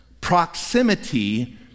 proximity